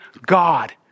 God